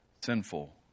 sinful